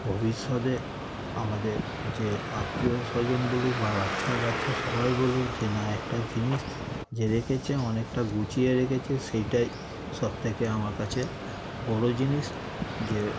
ভবিষ্যতে আমাদের যে আত্মীয়স্বজন বলুক বা বাচ্চা কাচ্চা সবাই বলুক যে না একটা জিনিস যে রেখেছে অনেকটা গুছিয়ে রেখেছে সেটাই থেকে আমার কাছে বড় জিনিস যে